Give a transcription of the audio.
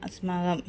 अस्माकं